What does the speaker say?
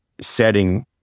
setting